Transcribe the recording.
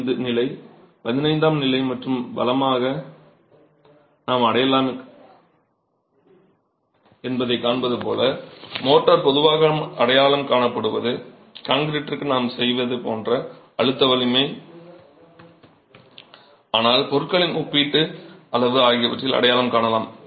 5 நிலை 15 ஆம் நிலை மற்றும் பலவாக நாம் அடையாளம் என்பதை காண்பது போல மோர்ட்டார் பொதுவாக அடையாளம் காணப்படுவது கான்கிரீட்டிற்கு நாம் செய்வது போன்ற அழுத்த வலிமை ஆனால் பொருட்களின் ஒப்பீட்டு அளவு ஆகியவற்றால் அடையாளம் காணலாம்